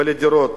לדירות